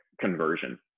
conversion